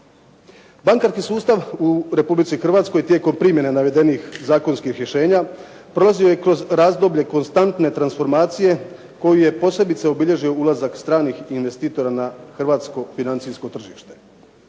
Bankarski sustav u Republici Hrvatskoj tijekom primjene navedenih zakonskih rješenja prolazio je kroz razdoblje konstantne transformacije koju je posebice obilježio ulazak stranih investitora na hrvatsko financijsko tržište.